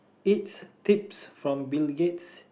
it's tips from Bill-Gates